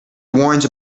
warns